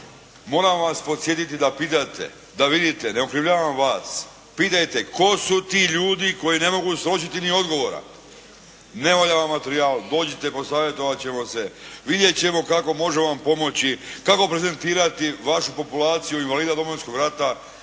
Moram vas podsjetiti da pitate, da vidite, ne okrivljujem vas. Pitajte tko su ti ljudi koji ne mogu sročiti ni odgovora ne valja vam materijal, dođite posajvetovat ćemo se, vidjet ćemo kako možemo vam pomoći kako prezentirati vašu populaciju invalida Domovinskog rata